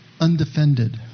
undefended